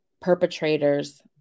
perpetrators